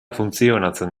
funtzionatzen